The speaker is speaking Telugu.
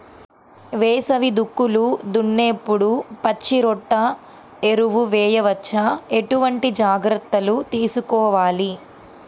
వేసవి దుక్కులు దున్నేప్పుడు పచ్చిరొట్ట ఎరువు వేయవచ్చా? ఎటువంటి జాగ్రత్తలు తీసుకోవాలి?